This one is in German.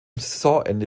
saisonende